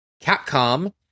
Capcom